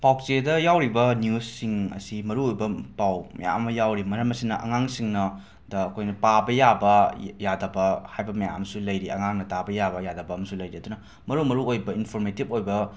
ꯄꯥꯎ ꯆꯦꯗ ꯌꯥꯎꯔꯤꯕ ꯅ꯭ꯌꯨꯁꯁꯤꯡ ꯑꯁꯤ ꯃꯔꯨꯑꯣꯏꯕ ꯄꯥꯎ ꯃꯌꯥꯝ ꯑꯃ ꯌꯥꯎꯔꯤ ꯃꯔꯝ ꯑꯁꯤꯅ ꯑꯉꯥꯡꯁꯤꯡꯅ ꯗ ꯑꯩꯈꯣꯏꯅ ꯄꯥꯕ ꯌꯥꯕ ꯌꯥꯗꯕ ꯍꯥꯏꯕ ꯃꯌꯥꯝ ꯑꯃꯁꯨ ꯂꯩꯔꯤ ꯑꯉꯥꯡꯅ ꯇꯥꯕ ꯌꯥꯕ ꯌꯥꯗꯕ ꯑꯃꯁꯨ ꯂꯩꯔꯤ ꯑꯗꯨꯅ ꯃꯔꯨ ꯃꯔꯨꯑꯣꯏꯕ ꯏꯟꯐꯣꯔꯃꯦꯇꯤꯕ ꯑꯣꯏꯕ